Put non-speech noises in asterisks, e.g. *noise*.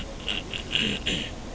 *coughs*